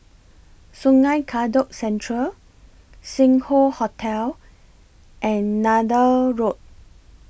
Sungei Kadut Central Sing Hoe Hotel and Neythal Road